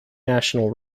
national